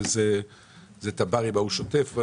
אלה תב"רים וההוא שוטף?